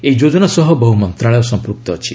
ଏହି ଯୋଜନା ସହ ବହୁ ମନ୍ତ୍ରଣାଳୟ ସଂପୃକ୍ତ ଅଛି